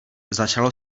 začalo